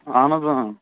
اَہن حظ